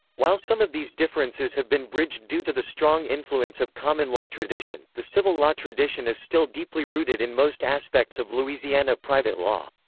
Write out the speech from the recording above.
while some of these differences have been bridged due to the strong influence of common law tradition, the civil law tradition is still deeply rooted in most aspects of louisiana private law.